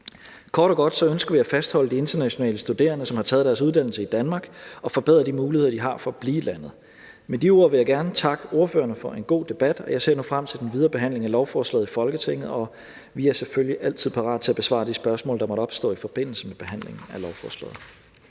Kort og godt ønsker vi at fastholde de internationale studerende, som har taget deres uddannelse i Danmark, og forbedre de muligheder, de har, for at blive i landet. Med de ord vil jeg gerne takke ordførerne for en god debat, og jeg ser nu frem til den videre behandling af lovforslaget i Folketinget. Vi er selvfølgelig altid parate til at besvare de spørgsmål, der måtte opstå i forbindelse med behandlingen af lovforslaget.